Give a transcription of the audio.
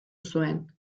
zuen